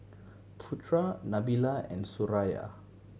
Putra Nabila and Suraya